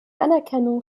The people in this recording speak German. anerkennung